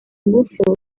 ingufu